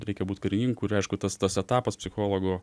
reikia būt karininku ir aišku tas tas etapas psichologo